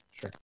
Sure